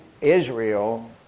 Israel